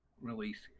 release